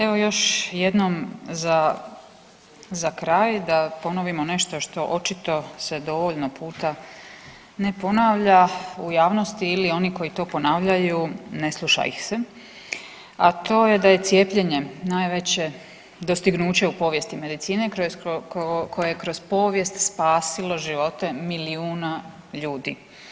Evo još jednom za, za kraj da ponovimo nešto što očito se dovoljno puta ne ponavlja u javnosti ili oni koji to ponavljaju ne sluša ih se, a to je da je cijepljenje najveće dostignuće u povijesti medicine koje je kroz povijest spasilo živote milijuna ljudi.